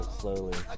slowly